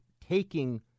taking